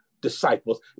disciples